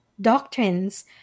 doctrines